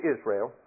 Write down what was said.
Israel